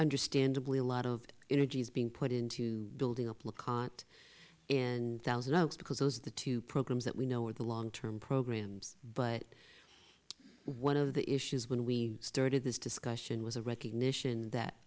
understandably a lot of energy is being put into building up look current and thousand oaks because those are the two programs that we know with the long term programs but one of the issues when we started this discussion was a recognition that